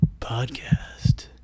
Podcast